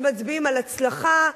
שמצביעים על הצלחה,